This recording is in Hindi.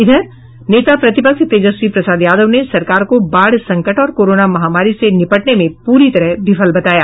इधर नेता प्रतिपक्ष तेजस्वी प्रसाद यादव ने सरकार को बाढ़ संकट और कोरोना महामारी से निपटने में पूरी तरह विफल बताया